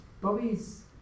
Bobby's